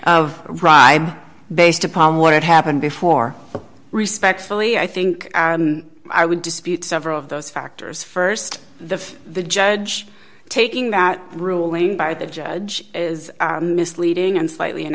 of rye based upon what had happened before the respectfully i think i would dispute several of those factors st the the judge taking that ruling by the judge is misleading and slightly